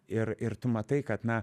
ir ir tu matai kad na